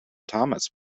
thomas